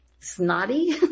Snotty